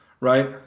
right